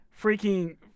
freaking